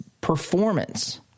performance